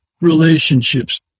relationships